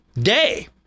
Day